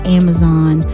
amazon